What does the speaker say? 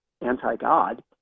anti-God